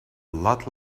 lot